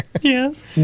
Yes